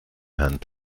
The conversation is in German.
hand